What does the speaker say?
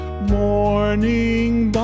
morning